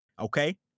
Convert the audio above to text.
okay